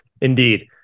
Indeed